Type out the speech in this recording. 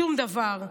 שום דבר.